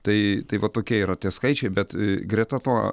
tai tai va tokie yra tie skaičiai bet greta to